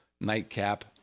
nightcap